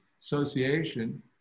association